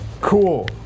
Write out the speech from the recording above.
Cool